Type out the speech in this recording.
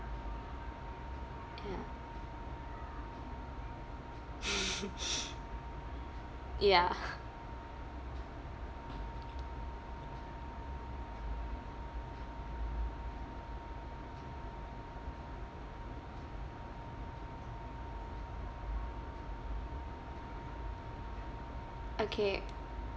ya ya okay